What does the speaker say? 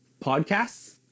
podcasts